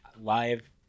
live